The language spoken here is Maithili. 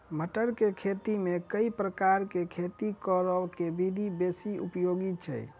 मटर केँ खेती मे केँ प्रकार केँ खेती करऽ केँ विधि बेसी उपयोगी छै?